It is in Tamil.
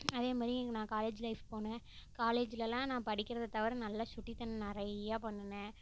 அதேமாதிரி நான் காலேஜ் லைஃப் போனேன் காலேஜ்லலாம் நான் படிக்கிறதை தவிர நல்லா சுட்டித்தனம் நிறையா பண்ணினேன்